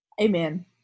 amen